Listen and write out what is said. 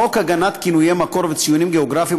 חוק הגנת כינויי מקור וציונים גיאוגרפיים,